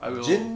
I will